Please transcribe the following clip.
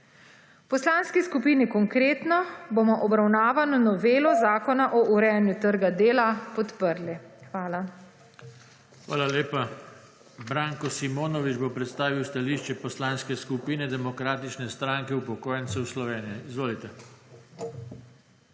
V Poslanski skupini Konkretno bomo obravnavano novelo zakona o urejanju trga dela podprli. Hvala. PODPREDSEDNIK JOŽE TANKO: Hvala lepa. Branko Simonovič bo predstavil stališče Poslanske skupine Demokratične stranke upokojencev Slovenije. Izvolite.